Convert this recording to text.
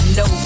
no